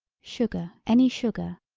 sugar any sugar,